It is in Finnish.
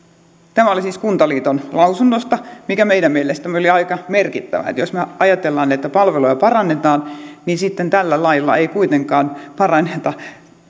tämä oli siis kuntaliiton lausunnosta mikä meidän mielestämme oli aika merkittävä jos me ajattelemme että palveluja parannetaan niin tällä lailla ei ei kuitenkaan paranneta